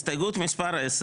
הסתייגות מספר 10